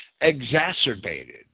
exacerbated